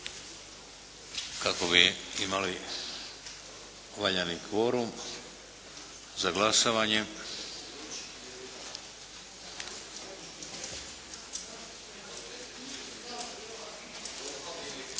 kako bi imali valjani kvorum za glasovanje.